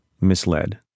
misled